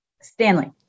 Stanley